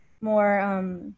more